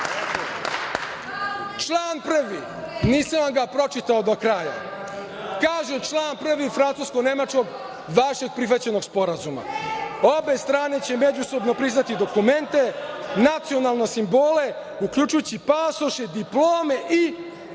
član 1, nisam vam ga pročitao do kraja, kaže član 1. francusko-nemačkog, vašeg prihvaćenog sporazuma – obe strane će međusobno priznati dokumente, nacionalne simbole, uključujući i pasoše, diplome i,